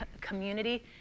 community